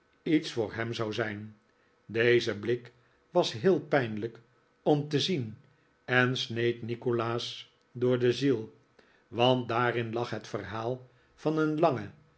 iets voor hem zou zijn deze blik was heel pijnlijk om te zien en sneed nikolaas door de ziel want daarin lag het verhaal van een lange